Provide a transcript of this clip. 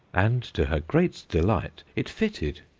and to her great delight it fitted!